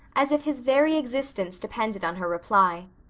as if his very existence depended on her reply.